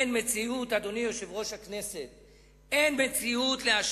אין מציאות,